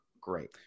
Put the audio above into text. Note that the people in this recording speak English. great